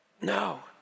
no